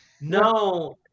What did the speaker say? No